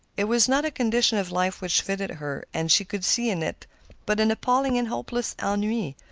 it was not a condition of life which fitted her, and she could see in it but an appalling and hopeless ennui.